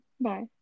Bye